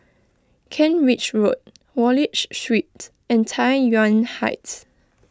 Kent Ridge Road Wallich Street and Tai Yuan Heights